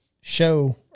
show